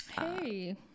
Hey